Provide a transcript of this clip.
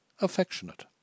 affectionate